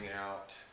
out